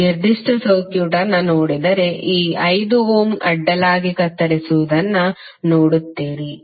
ಈ ನಿರ್ದಿಷ್ಟ ಸರ್ಕ್ಯೂಟ್ ಅನ್ನು ನೋಡಿದರೆ ಈ 5 ಓಮ್ ಅಡ್ಡಲಾಗಿ ಕತ್ತರಿಸುತ್ತಿರುವುದನ್ನು ನೋಡುತ್ತೀರಿ